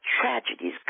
tragedies